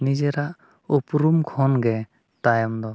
ᱱᱤᱡᱮᱨᱟᱜ ᱩᱯᱨᱩᱢ ᱠᱷᱚᱱ ᱜᱮ ᱛᱟᱭᱚᱢ ᱫᱚ